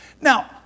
Now